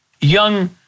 young